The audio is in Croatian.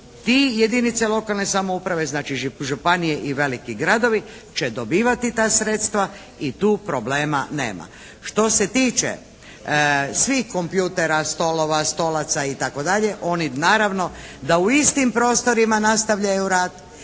ti jedinice lokalne samouprave, znači županije i veliki gradovi će dobivati ta sredstva i tu problema nema. Što se tiče svih kompjutera, stolova, stolaca itd., oni naravno da u istim prostorima nastavljaju rad